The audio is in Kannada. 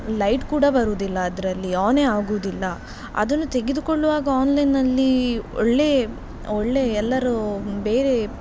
ಲೈಟ್ ಕೂಡ ಬರುವುದಿಲ್ಲ ಅದರಲ್ಲಿ ಆನೇ ಆಗುವುದಿಲ್ಲ ಅದನ್ನು ತೆಗೆದುಕೊಳ್ಳುವಾಗ ಆನ್ಲೈನ್ನಲ್ಲಿ ಒಳ್ಳೆ ಒಳ್ಳೆ ಎಲ್ಲರೂ ಬೇರೆ